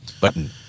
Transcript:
Button